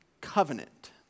covenant